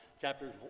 chapters